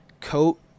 coat